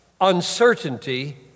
uncertainty